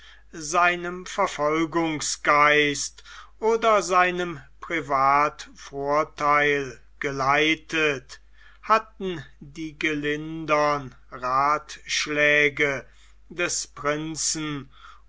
seinem verfolgungsgeist oder seinem privatvortheil geleitet hatten die gelindern rathschläge des prinzen